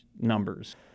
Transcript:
numbers